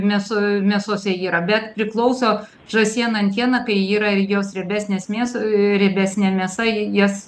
mėso mėsose yra bet priklauso žąsiena antiena tai yra ir jos riebesnės mės riebesnė mėsa jas